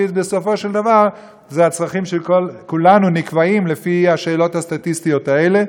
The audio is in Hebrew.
כי בסופו של דבר הצרכים של כולנו נקבעים לפי השאלות הסטטיסטיות האלה,